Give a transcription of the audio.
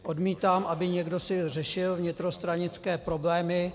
Odmítám, aby si někdo řešil vnitrostranické problémy.